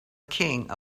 king